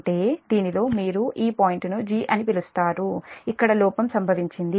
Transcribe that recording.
అంటే దీనిలో మీరు ఈ పాయింట్ను 'g' అని పిలుస్తారు ఇక్కడ లోపం సంభవించింది